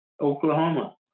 Oklahoma